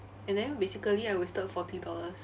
and then basically I wasted forty dollars